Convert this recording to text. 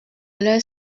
leurs